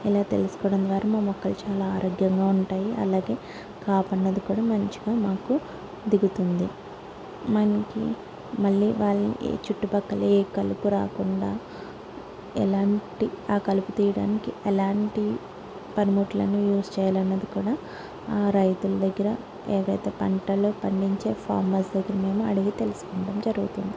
ఇలా తెలుసుకోవడం ద్వారా మా మొక్కలు చాలా ఆరోగ్యంగా ఉంటాయి అలాగే కాపు అన్నది కూడా మంచిగా మాకు దిగుతుంది మనకి మళ్లీ వాళ్ళకి చుట్టుపక్కల ఏ కలుపు రాకుండా ఎలాంటి ఆ కలుపు తీయడానికి ఎలాంటి పనిముట్లు అనేవి యూస్ చేయాలి అన్నది కూడా ఆ రైతుల దగ్గర లేకపోతే పంటలు పండించే ఫార్మర్స్ దగ్గర మేము అడిగి తెలుసుకోవడం జరుగుతుంది